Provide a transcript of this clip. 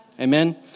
Amen